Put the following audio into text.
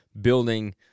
building